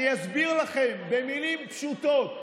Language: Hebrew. אני אסביר לכם במילים פשוטות.